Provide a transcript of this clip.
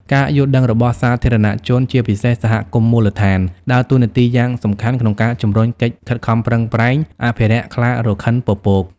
ការយល់ដឹងរបស់សាធារណជន ជាពិសេសសហគមន៍មូលដ្ឋាន ដើរតួនាទីយ៉ាងសំខាន់ក្នុងការជំរុញកិច្ចខិតខំប្រឹងប្រែងអភិរក្សខ្លារខិនពពក។